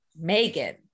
Megan